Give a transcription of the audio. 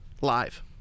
Live